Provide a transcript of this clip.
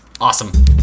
awesome